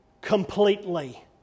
completely